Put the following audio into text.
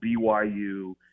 BYU